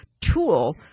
tool